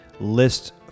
List